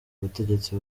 ubutegetsi